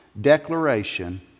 declaration